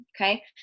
Okay